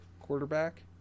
quarterback